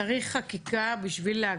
צריך חקיקה בשביל להגדיל את הסמכויות?